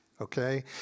okay